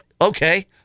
Okay